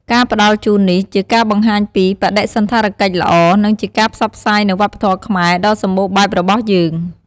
ការផ្តល់ជូននេះជាការបង្ហាញពី បដិសណ្ឋារកិច្ចល្អ និងជាការផ្សព្វផ្សាយនូវ វប្បធម៌ខ្មែរ ដ៏សម្បូរបែបរបស់យើង។